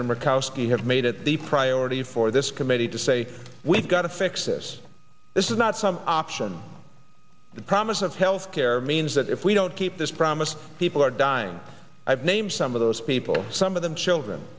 murkowski have made it the priority for this committee to say we've got to fix this this is not some option the promise of health care means that if we don't keep this promise people are dying i've named some of those people some of them children